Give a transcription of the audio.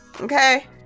okay